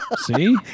See